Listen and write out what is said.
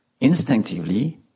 instinctively